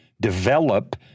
develop